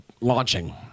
launching